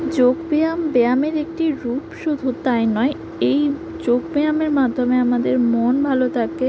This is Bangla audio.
যোগ ব্যায়াম ব্যায়ামের একটি রূপ শুধু তাই নয় এই যোগ ব্যায়ামের মাধ্যমে আমাদের মন ভালো থাকে